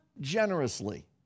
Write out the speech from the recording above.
generously